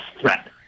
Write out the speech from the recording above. threat